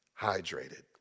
hydrated